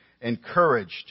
encouraged